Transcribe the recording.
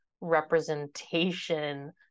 representation